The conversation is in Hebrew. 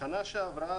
בשנה שעברה,